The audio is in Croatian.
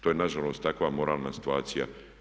To je nažalost takva moralna situacija.